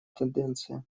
тенденция